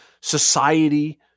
society